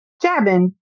Jabin